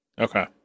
Okay